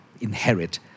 inherit